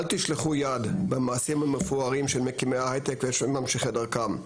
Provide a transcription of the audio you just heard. אל תשלחו יד במעשים המפוארים של מקימי ההייטק ושל ממשיכי דרכם.